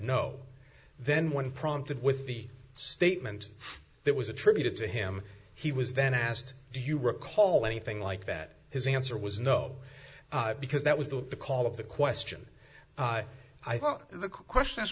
no then one prompted with the statement that was attributed to him he was then asked do you recall anything like that his answer was no because that was the call of the question i thought the question